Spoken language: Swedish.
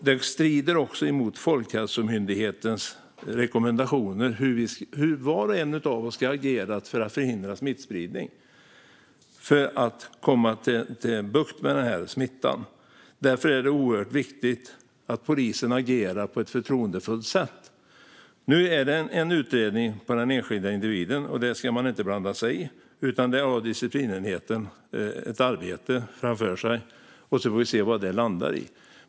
Det strider också emot Folkhälsomyndighetens rekommendationer gällande hur var och en av oss ska agera för att förhindra smittspridning så att vi får bukt med smittan. Därför är det oerhört viktigt att polisen agerar på ett förtroendeingivande sätt. Nu sker en utredning av den enskilda individen, och den ska vi inte blanda oss i. Där har i stället disciplinenheten ett arbete framför sig, och vi får se vad det landar i.